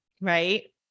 right